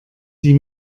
die